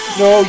no